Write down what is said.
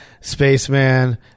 spaceman